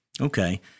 Okay